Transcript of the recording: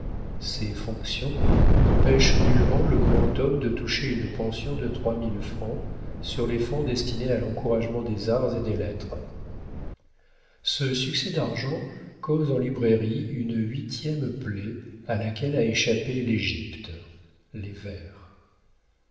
ces fonctions n'empêchent nullement le grand homme de toucher une pension de trois mille francs sur les fonds destinés à l'encouragement des arts et des lettres ce succès d'argent cause en librairie une huitième plaie à laquelle a échappé l'égypte les vers